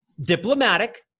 diplomatic